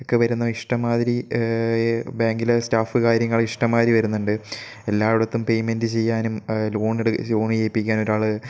ഒക്കെ വരുന്ന ഇഷ്ടംമാതിരി ബാങ്കിലെ സ്റ്റാഫ് കാര്യങ്ങൾ ഇഷ്ടം മാതിരി വരുന്നുണ്ട് എല്ലായിടത്തും പേയ്മെൻറ്റ് ചെയ്യാനും ലോൺ എട് ലോൺ ഏൽപ്പിക്കാൻ ഒരാൾ